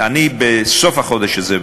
בסוף החודש הזה,